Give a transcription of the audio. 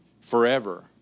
forever